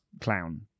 clown